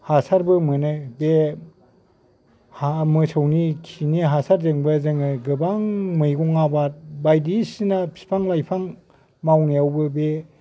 हासारबो मोनो बे मोसौनि खिनि हासारजोंबो जोङो गोबां मैगं आबाद बायदिसिना बिफां लाइफां मावनायावबो बे